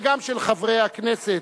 וגם של חברי הכנסת,